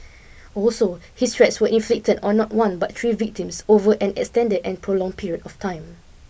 also his threats were inflicted on not one but three victims over an extended and prolonged period of time